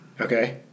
Okay